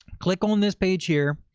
click on this page here.